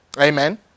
Amen